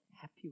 happy